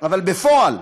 אבל בפועל,